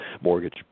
mortgage